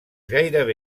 gairebé